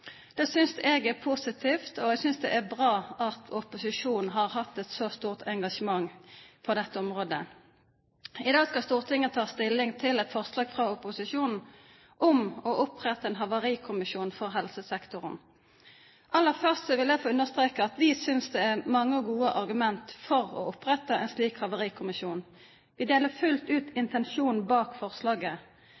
Det synes jeg er positivt, og jeg synes det er bra at opposisjonen har hatt et så stort engasjement på dette området. I dag skal Stortinget ta stilling til et forslag fra opposisjonen om å opprette en havarikommisjon for helsesektoren. Aller først vil jeg understreke at vi synes det er mange gode argumenter for å opprette en slik havarikommisjon. Vi deler fullt ut